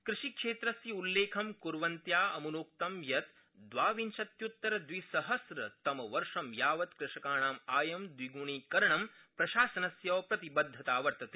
कृषिक्षेत्रस्य उल्लेखं कुर्वन्त्या अमुनोक्तं यत् द्वाविंशत्युत्तरद्विसहस्रतमवर्षं यावत् कृषकाणाम् आयं द्विगुणीकरणं प्रशासनस्य प्रतिबद्वता वर्तते